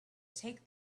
take